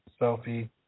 selfie